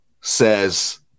says